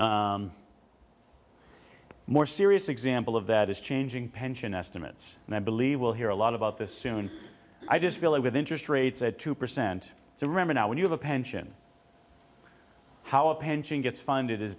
one more serious example of that is changing pension estimates and i believe we'll hear a lot about this soon i just feel that with interest rates at two percent so remember now when you have a pension how a pension gets funded is bas